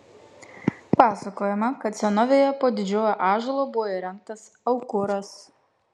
pasakojama kad senovėje po didžiuoju ąžuolu buvo įrengtas aukuras